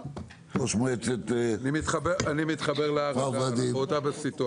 אני מתחבר לדברים, אנחנו באותה סיטואציה.